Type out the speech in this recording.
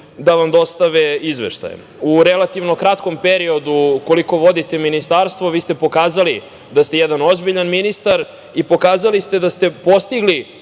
da vam dostave izveštaje. U relativno kratkom periodu koliko vodite ministarstvo vi ste pokazali da ste jedan ozbiljan ministar i pokazali ste da ste postigli